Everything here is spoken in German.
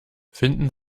finden